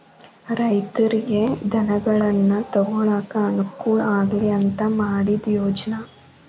ರೈತರಿಗೆ ಧನಗಳನ್ನಾ ತೊಗೊಳಾಕ ಅನಕೂಲ ಆಗ್ಲಿ ಅಂತಾ ಮಾಡಿದ ಯೋಜ್ನಾ